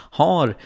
har